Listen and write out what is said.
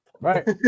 Right